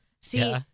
See